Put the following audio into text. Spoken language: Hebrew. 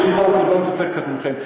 יש לי שערות קצת פחות מלכם.